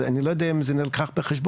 אז אני לא יודע אם זה נלקח בחשבון,